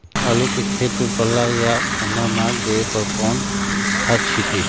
आलू के खेत में पल्ला या ठंडा मार देवे पर कौन खाद छींटी?